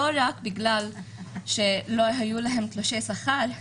לא רק בגלל שלא היו להן תלושי שכר,